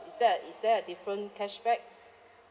is there is there a different cashback